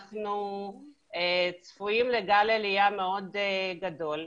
אנחנו צפויים לגל עלייה מאוד גדול --- אלה,